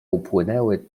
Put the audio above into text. upłynęły